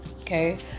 okay